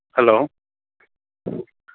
hello